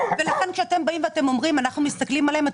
ולכן כשאתם באים ואומרים שאנחנו מסתכלים עליהן,